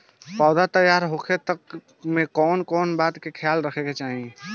पौधा तैयार होखे तक मे कउन कउन बात के ख्याल रखे के चाही?